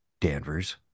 Danvers